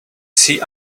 see